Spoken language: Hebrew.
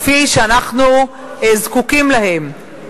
כפי שאנחנו זקוקים להן.